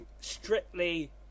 Strictly